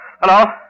Hello